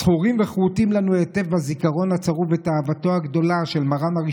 זכורה וחרותה לנו היטב בזיכרון הצרוב אהבתו הגדולה של מרן,